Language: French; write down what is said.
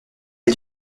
est